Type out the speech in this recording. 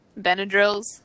Benadryls